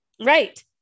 right